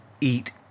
eat